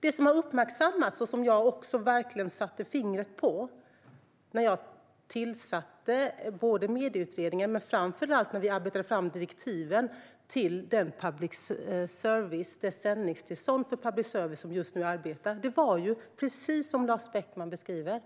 Det som har uppmärksammats och som jag också verkligen satte fingret på när jag tillsatte Medieutredningen och, framför allt, när vi arbetade fram direktiven till det sändningstillstånd för public service som just nu gäller, är